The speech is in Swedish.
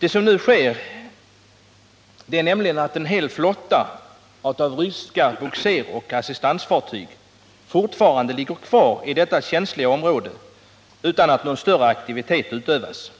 Det som sker är nämligen att en hel flotta ryska bogseroch assistansfartyg fortfarande ligger kvar inom detta känsliga område utan att någon större aktivitet utövas.